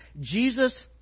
Jesus